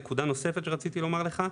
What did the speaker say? נקודה נוספת שרציתי לומר לך,